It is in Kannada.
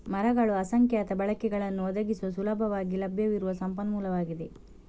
ಮರಗಳು ಅಸಂಖ್ಯಾತ ಬಳಕೆಗಳನ್ನು ಒದಗಿಸುವ ಸುಲಭವಾಗಿ ಲಭ್ಯವಿರುವ ಸಂಪನ್ಮೂಲವಾಗಿದೆ